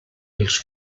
els